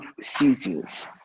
seasons